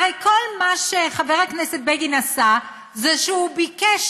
הרי כל מה שחבר הכנסת בגין עשה זה שהוא ביקש